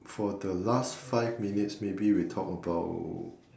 for the last five minutes maybe we talk about